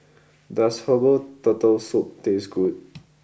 does Herbal Turtle Soup taste good